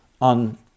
on